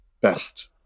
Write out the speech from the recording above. best